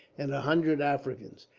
and a hundred africans,